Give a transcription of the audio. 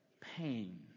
pain